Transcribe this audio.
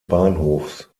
bahnhofs